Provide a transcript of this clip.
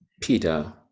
peter